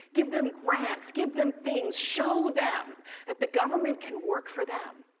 give them grants, give them things, show them that the government can work for them.